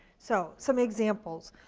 so some examples,